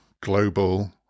global